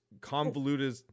convoluted